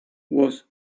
was